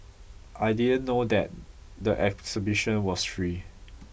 I didn't know that the exhibition was free